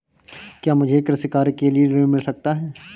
क्या मुझे कृषि कार्य के लिए ऋण मिल सकता है?